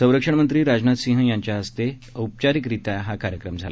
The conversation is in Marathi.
संरक्षण मंत्री राजनाथ सिंग यांच्या हस्ते औपचारिकरीत्या हा कार्यक्रम झाला